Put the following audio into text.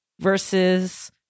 versus